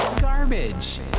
Garbage